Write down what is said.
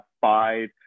five